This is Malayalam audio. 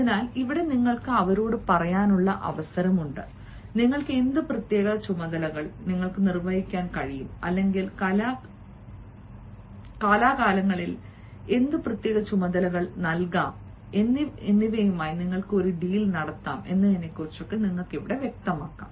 അതിനാൽ ഇവിടെ നിങ്ങൾക്ക് അവരോട് പറയാനുള്ള അവസരം നിങ്ങൾക്ക് എന്ത് പ്രത്യേക ചുമതലകൾ നിങ്ങൾക്ക് നിർവഹിക്കാൻ കഴിയും അല്ലെങ്കിൽ കാലാകാലങ്ങളിൽ എന്ത് പ്രത്യേക ചുമതലകൾ നൽകാം എന്നിവയുമായി നിങ്ങൾക്ക് ഒരു ഡീൽ നടത്താം